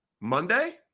Monday